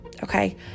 Okay